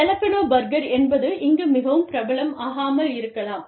jalapeno burger என்பது இங்கு மிகவும் பிரபலம் ஆகாமல் இருக்கலாம்